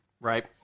Right